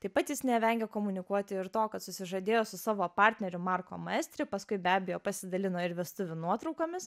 taip pat jis nevengia komunikuoti ir to kad susižadėjo su savo partneriu marko maestri paskui be abejo pasidalino ir vestuvių nuotraukomis